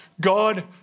God